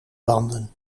banden